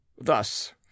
Thus